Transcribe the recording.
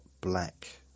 black